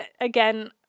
again